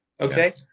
Okay